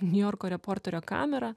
niujorko reporterio kamera